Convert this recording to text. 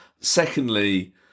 Secondly